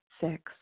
Six